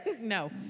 No